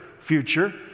future